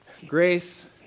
Grace